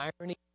irony